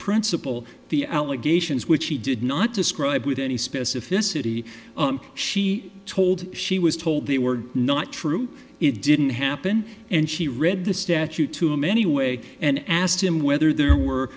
principal the allegations which she did not describe with any specificity she told she was told they were not true it didn't happen and she read the statute to him anyway and asked him whether there were